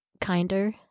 kinder